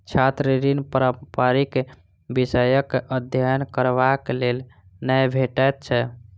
छात्र ऋण पारंपरिक विषयक अध्ययन करबाक लेल नै भेटैत छै